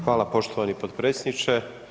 Hvala poštovani potpredsjedniče.